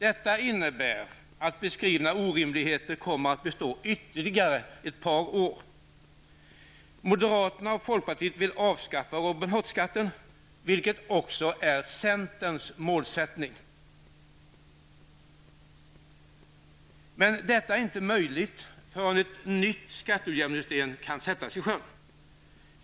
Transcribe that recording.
Detta innebär att beskrivna orimligheter kommer att bestå ytterligare ett par år. Hood-skatten, något som också är centerns målsättning. Men detta är möjligt först när ett nytt skatteutjämningssystem kan sättas i sjön.